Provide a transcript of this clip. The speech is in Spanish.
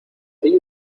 hay